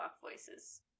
voices